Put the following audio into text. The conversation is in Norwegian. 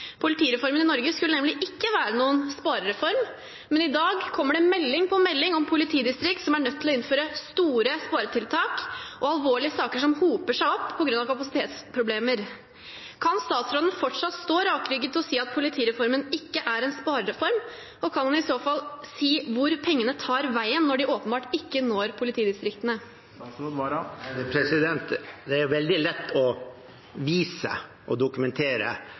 Politireformen i Norge skulle nemlig ikke være noen sparereform, men i dag kommer det melding på melding om politidistrikt som er nødt til å innføre store sparetiltak, og alvorlige saker som hoper seg opp på grunn av kapasitetsproblemer. Kan statsråden fortsatt stå rakrygget og si at politireformen ikke er en sparereform, og kan han i så fall si hvor pengene tar veien, når de åpenbart ikke når politidistriktene? Det er veldig lett å vise og dokumentere